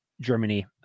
Germany